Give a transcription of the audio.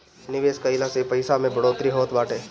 निवेश कइला से पईसा में बढ़ोतरी होत बाटे